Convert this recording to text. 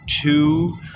two